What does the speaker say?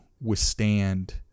withstand